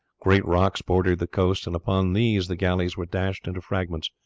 great rocks bordered the coast, and upon these the galleys were dashed into fragments.